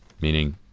Meaning